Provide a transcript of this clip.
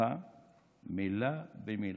שלך מילה במילה.